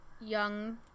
young